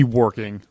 working